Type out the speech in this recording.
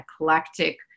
eclectic